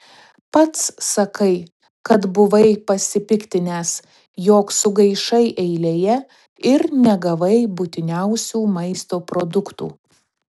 pats sakai kad buvai pasipiktinęs jog sugaišai eilėje ir negavai būtiniausių maisto produktų